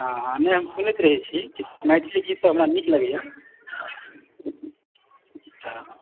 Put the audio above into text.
हँ हँ नहि हम सुनैत रहै छी मैथिली गीत तऽ हमरा नीक लगैए तऽ